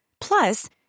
Plus